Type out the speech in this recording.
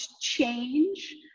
change